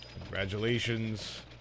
Congratulations